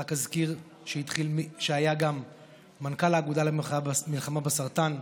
רק אזכיר שהיה גם מנכ"ל האגודה למלחמה בסרטן,